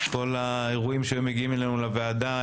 כל האירועים שהיו מגיעים אלינו לוועדה,